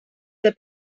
the